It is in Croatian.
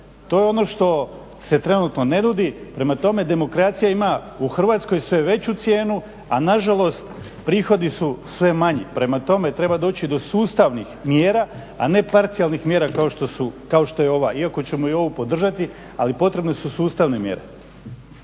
To je ono što se trenutno ne nudi. Prema tome demokracija ima u Hrvatskoj sve veću cijenu a nažalost prihodi su sve manji. Prema tome, treba doći do sustavnih mjera a ne parcijalnih mjera kao što je ova, iako ćemo i ovu podržati ali potrebne su sustavne mjere.